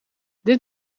dit